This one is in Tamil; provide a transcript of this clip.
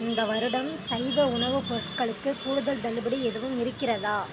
இந்த வருடம் சைவ உணவுப் பொருட்களுக்கு கூடுதல் தள்ளுபடி எதுவும் இருக்கிறதா